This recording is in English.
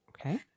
Okay